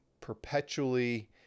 perpetually